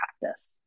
practice